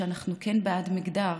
שבהן אנחנו כן בעד מגדר,